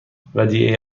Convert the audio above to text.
ودیعه